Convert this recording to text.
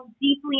deeply